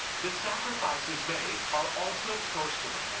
the sacrifices made are also personal.